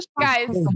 guys